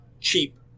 cheap